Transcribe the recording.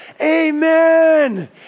Amen